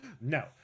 No